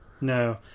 No